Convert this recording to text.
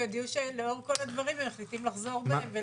ויודיעו שלאור כל הדברים הם מחליטים לחזור בהם.